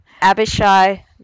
Abishai